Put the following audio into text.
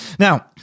Now